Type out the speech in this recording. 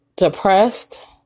depressed